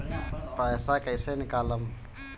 पैसा कैसे निकालम?